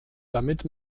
damit